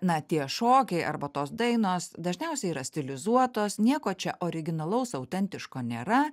na tie šokiai arba tos dainos dažniausiai yra stilizuotos nieko čia originalaus autentiško nėra